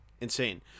insane